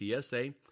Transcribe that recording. PSA